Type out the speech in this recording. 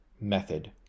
method